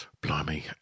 blimey